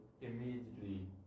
immediately